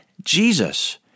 Jesus